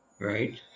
Right